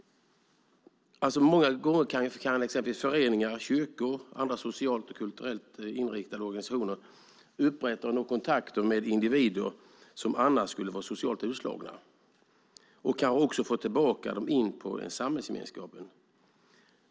Många gånger kan föreningar, kyrkor och andra socialt och kulturellt inriktade organisationer upprätta kontakter med individer som annars skulle vara socialt utslagna. De kan kanske också få dem tillbaka in i samhällsgemenskapen.